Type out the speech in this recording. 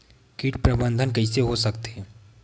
कीट प्रबंधन कइसे हो सकथे?